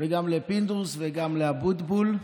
גם לפינדרוס וגם לאבוטבול,